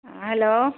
hello